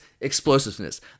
explosiveness